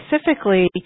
specifically